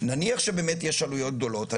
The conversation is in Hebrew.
נניח שבאמת יש עלויות גדולות.